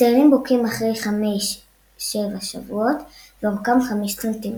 הצעירים בוקעים אחרי 5-7שבועות ואורכם 5 סנטימטרים.